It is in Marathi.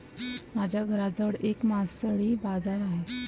माझ्या घराजवळ एक मासळी बाजार आहे